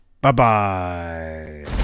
Bye-bye